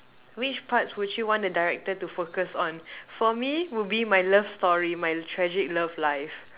which parts would you want the director to focus on for me would be my love story my tragic love life